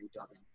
dubbing